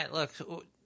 Look